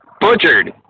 butchered